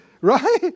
right